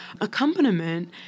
Accompaniment